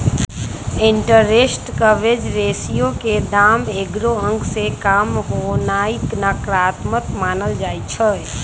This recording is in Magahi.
इंटरेस्ट कवरेज रेशियो के दाम एगो अंक से काम होनाइ नकारात्मक मानल जाइ छइ